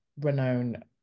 renowned